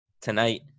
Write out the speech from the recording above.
tonight